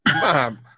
mom